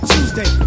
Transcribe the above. Tuesday